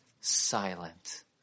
silent